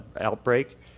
outbreak